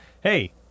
hey